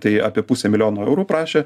tai apie pusę milijono eurų prašė